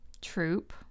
troop